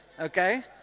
Okay